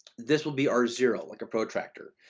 this will be our zero like a protractor.